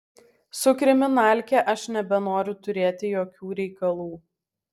su kriminalke aš nebenoriu turėti jokių reikalų